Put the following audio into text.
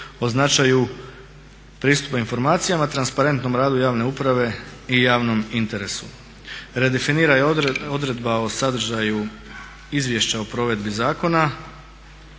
značaja pristupa informacijama, transparentnom radu javne uprave i javnom interesu. Redefinira i odredba o sadržaju izvješća o provedbi zakona